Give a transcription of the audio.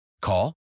Call